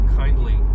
kindly